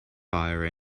fire